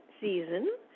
season